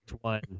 one